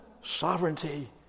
sovereignty